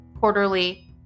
quarterly